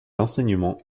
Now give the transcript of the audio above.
l’enseignement